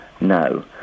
no